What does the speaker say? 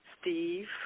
Steve